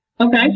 Okay